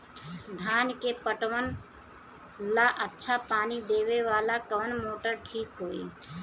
धान के पटवन ला अच्छा पानी देवे वाला कवन मोटर ठीक होई?